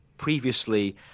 Previously